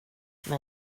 men